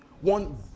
one